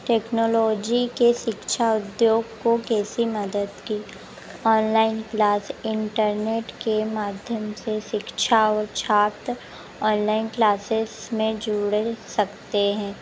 technology के शिक्षा उद्योग को कैसे मदद की ओनलाइन क्लास इन्टरनेट के माध्यम से शिक्षा और छात्र ओनलाइन क्लासेस में जुड़े सकते हैं